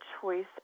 choice